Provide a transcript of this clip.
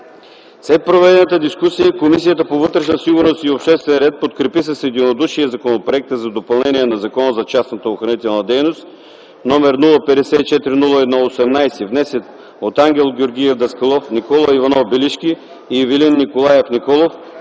След проведената дискусия Комисията по вътрешна сигурност и обществен ред подкрепи с единодушие Законопроекта за допълнение на Закона за частната охранителна дейност, № 054-01-18, внесен от Ангел Георгиев Даскалов, Никола Иванов Белишки и Ивелин Николаев Николов